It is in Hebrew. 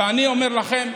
ואני אומר לכם,